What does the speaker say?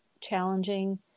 challenging